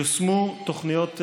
יושמו תוכניות,